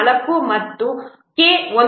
4 ಮತ್ತು k 1